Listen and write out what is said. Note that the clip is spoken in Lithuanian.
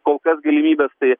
kol kas galimybės tai